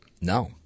No